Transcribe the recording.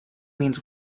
means